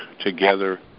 together